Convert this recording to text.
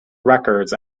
records